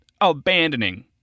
abandoning